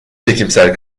çekimser